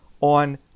on